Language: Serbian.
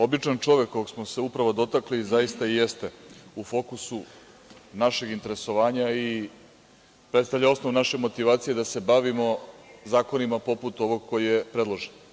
Običan čovek sa kojim smo se upravo dotakli, zaista i jeste u fokusu našeg interesovanja i predstavlja osnov naše motivacije da se bavimo zakonima poput ovog koji je predložen.